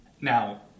now